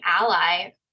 ally